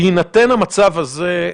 בהינתן המצב הזה,